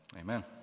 Amen